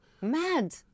Mad